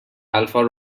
alfa